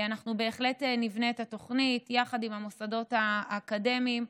אנחנו בהחלט נבנה את התוכנית יחד עם המוסדות האקדמיים.